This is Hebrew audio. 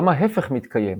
גם ההפך מתקיים,